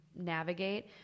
navigate